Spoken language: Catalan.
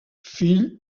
fill